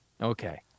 Okay